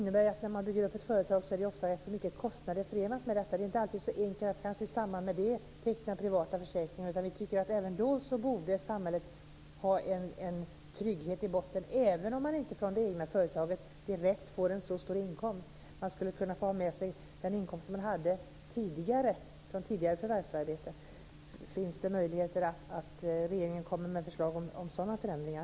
När man bygger upp ett företag är det ofta rätt stora kostnader förenade med detta. Det är inte alltid så enkelt att teckna privata försäkringar i samband med det. Vi tycker att samhället också där borde erbjuda en trygghet i botten, även om man inte får så stor inkomst från det egna företaget. Man skulle kunna få ha med sig den inkomst som man hade vid tidigare förvärvsarbete. Finns det några möjligheter att regeringen lägger fram förslag om sådana förändringar?